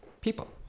people